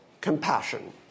compassion